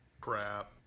crap